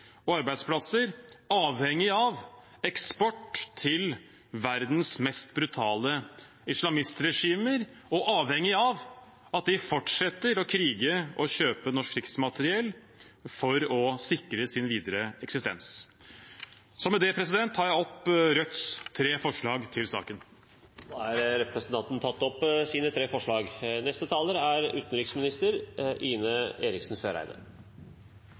og arbeidsplasser avhengig av eksport til verdens mest brutale islamistregimer – og avhengig av at de fortsetter å krige og kjøpe norsk krigsmateriell for å sikre sin videre eksistens. Med dette tar jeg opp Rødts tre forslag i saken. Da har representanten Bjørnar Moxnes tatt opp de tre